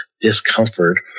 discomfort